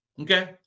Okay